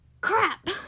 crap